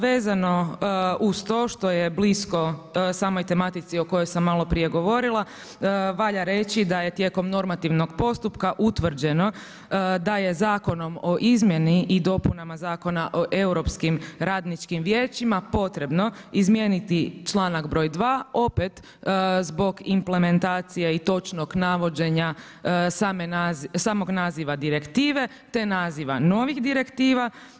Vezano uz to što je blisko samoj tematici o kojoj sam maloprije govorila, valja reći da je tijekom normativnog postupka utvrđeno da je Zakonom o izmjeni i dopunama Zakona o europskim radničkim vijećima potrebno izmijeniti članak broj 2. opet zbog implementacije i točnog navođenja samog naziva direktive, te naziva novih direktiva.